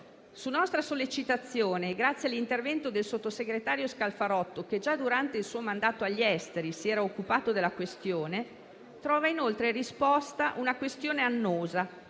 Su nostra sollecitazione, grazie all'intervento del sottosegretario Scalfarotto, che già durante il suo mandato agli esteri si era occupato della questione, trova inoltre risposta una questione annosa,